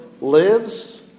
lives